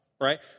right